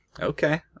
Okay